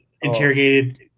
interrogated